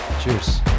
cheers